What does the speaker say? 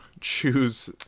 choose